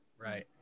Right